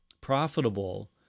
profitable